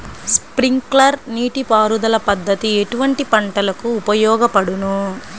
Sprinkler నీటిపారుదల పద్దతి ఎటువంటి పంటలకు ఉపయోగపడును?